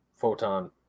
photon